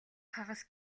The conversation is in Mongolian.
хагас